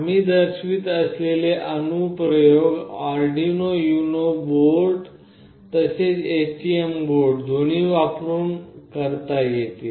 आम्ही दर्शवित असलेले अनु प्रयोग आरडिनो युनो बोर्ड तसेच STM बोर्ड दोन्ही वापरुन करता येतील